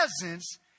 presence